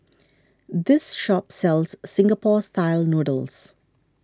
this shop sells Singapore Style Noodles